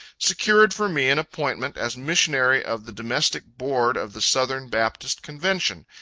secured for me an appointment as missionary of the domestic board of the southern baptist convention,